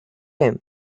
him